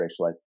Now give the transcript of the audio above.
racialized